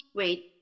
wait